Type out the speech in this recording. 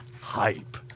Hype